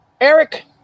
Eric